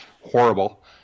horrible